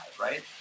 right